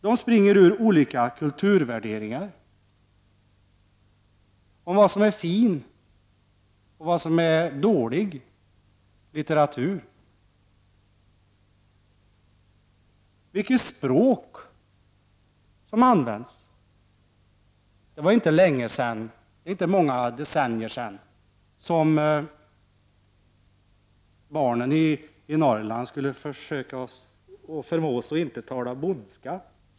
De springer ur olika kulturvärderingar om vad som är fin och vad som är dålig litteratur, och om vilket språk som skall användas. Det var inte många decennier sedan som barnen i Norrland skulle förmås att inte tala bondska.